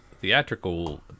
theatrical